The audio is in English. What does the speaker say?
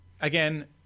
again